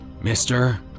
Mister